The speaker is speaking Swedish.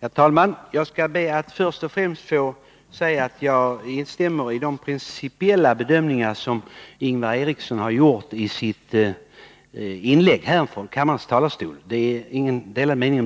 Herr talman! Jag skall be att först och främst få säga att jag instämmer i de pricipiella bedömningar som Ingvar Eriksson har gjort i sitt inlägg från kammarens talarstol. Det råder inga delade meningar